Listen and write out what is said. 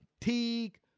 Teague